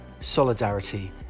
solidarity